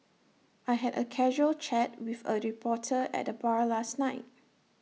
I had A casual chat with A reporter at the bar last night